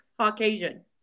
caucasian